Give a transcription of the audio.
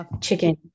chicken